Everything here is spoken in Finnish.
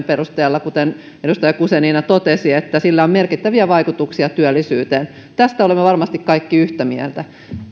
perusteella kuten edustaja guzenina totesi että sillä on merkittäviä vaikutuksia työllisyyteen tästä olemme varmasti kaikki yhtä mieltä